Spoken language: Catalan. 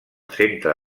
centre